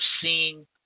seeing